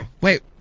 wait